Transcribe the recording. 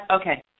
okay